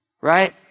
right